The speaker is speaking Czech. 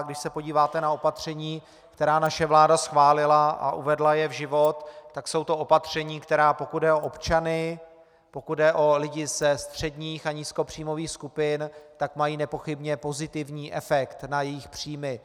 Když se podíváte na opatření, která naše vláda schválila a uvedla je v život, tak jsou to opatření, která, pokud jde o občany, pokud jde o lidi ze středních a nízkopříjmových skupin, mají nepochybně pozitivní efekt na jejich příjmy.